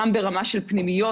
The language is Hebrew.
גם ברמה של פנימיות,